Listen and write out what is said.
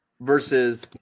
versus –